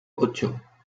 ocho